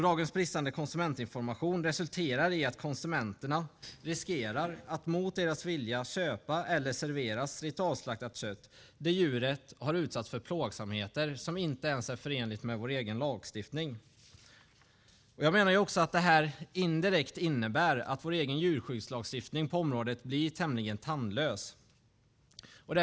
Lagens bristande konsumentinformation resulterar i att konsumenterna riskerar att mot deras vilja köpa eller serveras ritualslaktat kött där djuret har utsatts för plågsamheter som inte ens är förenligt med vår egen lagstiftning. Jag menar att det indirekt innebär att vår egen djurskyddslagstiftning på området blir tämligen tandlös.